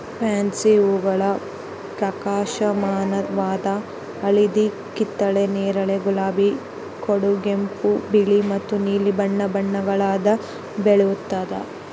fancy ಹೂಗಳು ಪ್ರಕಾಶಮಾನವಾದ ಹಳದಿ ಕಿತ್ತಳೆ ನೇರಳೆ ಗುಲಾಬಿ ಕಡುಗೆಂಪು ಬಿಳಿ ಮತ್ತು ನೀಲಿ ಬಣ್ಣ ಬಣ್ಣಗುಳಾಗ ಬೆಳೆಯುತ್ತವೆ